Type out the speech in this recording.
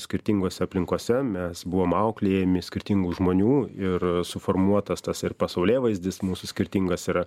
skirtingose aplinkose mes buvom auklėjami skirtingų žmonių ir suformuotas tas ir pasaulėvaizdis mūsų skirtingas yra